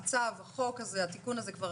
הצו, החוק הזה, התיקון הזה כבר